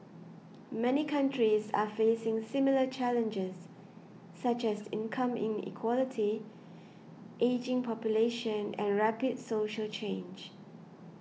many countries are facing similar challenges such as income inequality ageing population and rapid social change